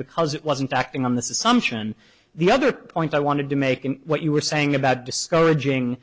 because it wasn't acting on the something and the other point i wanted to make and what you were saying about discouraging